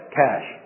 cash